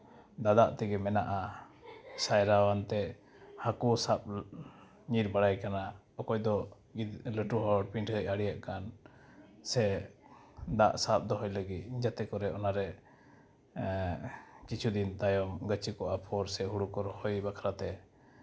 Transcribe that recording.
ᱫᱟᱫᱟᱜ ᱛᱮᱜᱮ ᱢᱮᱱᱟᱜᱼᱟ ᱥᱟᱭᱨᱟ ᱟᱱᱛᱮ ᱦᱟᱹᱠᱩ ᱥᱟᱵ ᱧᱤᱨ ᱵᱟᱲᱟᱭ ᱠᱟᱱᱟ ᱚᱠᱚᱭ ᱫᱚ ᱞᱟᱹᱴᱩ ᱦᱚᱲ ᱯᱤᱰᱦᱟᱹᱭ ᱟᱲᱮᱭᱮᱜ ᱠᱟᱱ ᱥᱮ ᱫᱟᱜ ᱥᱟᱵ ᱫᱚᱦᱚᱭ ᱞᱟᱹᱜᱤᱫ ᱡᱟᱛᱮ ᱠᱚᱨᱮ ᱚᱱᱟᱨᱮ ᱠᱤᱪᱷᱩ ᱫᱤᱱ ᱛᱟᱭᱚᱢ ᱜᱟᱹᱪᱷᱤ ᱠᱚ ᱟᱯᱷᱚᱨ ᱥᱮ ᱦᱳᱲᱳ ᱠᱚ ᱨᱚᱦᱚᱭ ᱵᱟᱠᱷᱨᱟ ᱛᱮ